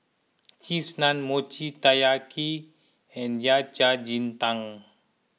Cheese Naan Mochi Taiyaki and Yao Cai Ji Tang